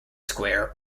square